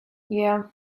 yeah